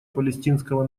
палестинского